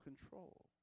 control